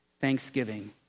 thanksgiving